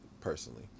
personally